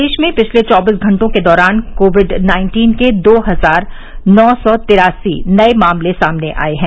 प्रदेश में पिछले चौबीस घंटों के दौरान कोविड नाइन्टीन के दो हजार नौ सौ तिरासी नए मामले सामने आए हैं